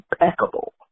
impeccable